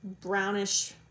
brownish